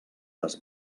les